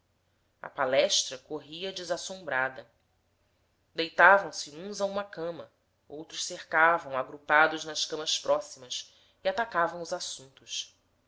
a palestra corria desassombrada deitavam se uns a uma cama outros cercavam agrupados nas camas próximas e atacavam os assuntos